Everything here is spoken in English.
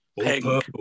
Purple